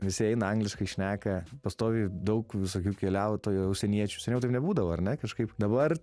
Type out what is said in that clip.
visi eina angliškai šneka pastoviai daug visokių keliautojų užsieniečių seniau taip nebūdavo ar ne kažkaip dabar